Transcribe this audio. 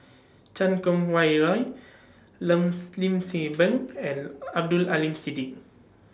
Chan Kum Wah Roy Length Lim seven and Abdul Aleem Siddique